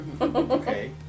okay